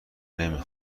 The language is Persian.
نمی